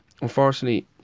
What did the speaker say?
unfortunately